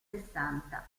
sessanta